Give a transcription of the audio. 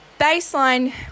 baseline